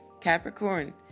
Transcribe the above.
Capricorn